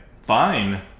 Fine